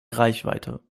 reichweite